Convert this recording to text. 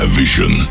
vision